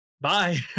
bye